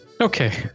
Okay